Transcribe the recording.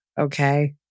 Okay